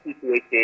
situation